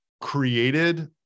created